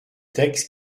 texte